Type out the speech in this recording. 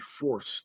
forced